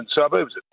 suburbs